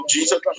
Jesus